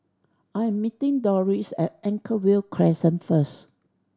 I am meeting Doris at Anchorvale Crescent first